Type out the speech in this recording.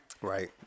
right